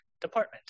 department